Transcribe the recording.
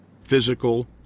Physical